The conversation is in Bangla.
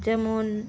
যেমন